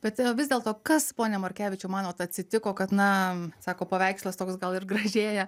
bet vis dėlto kas pone markevičiau manot atsitiko kad na sako paveikslas toks gal ir gražėja